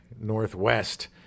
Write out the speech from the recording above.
Northwest